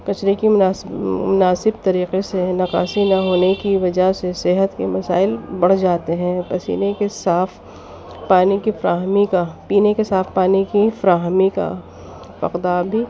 کچرے کی مناسب طریقے سے نکاسی نہ ہونے کی وجہ سے صحت کے مسائل بڑھ جاتے ہیں پسینے کے صاف پانی کی فراہمی کا پینے کے صاف پانی کی فراہمی کا اقدام بھی